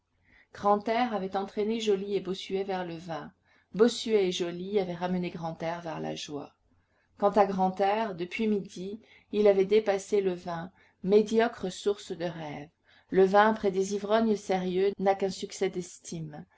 grantaire avait entraîné joly et bossuet vers le vin bossuet et joly avaient ramené grantaire vers la joie quant à grantaire depuis midi il avait dépassé le vin médiocre source de rêves le vin près des ivrognes sérieux n'a qu'un succès d'estime